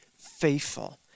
faithful